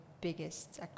biggest